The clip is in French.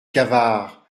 cavard